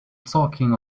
talking